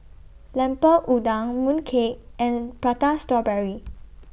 Lemper Udang Mooncake and Prata Strawberry